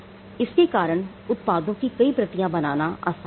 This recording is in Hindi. इसके कारण उत्पादों की कई प्रतियां बनाना आसान हो गया